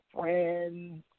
friends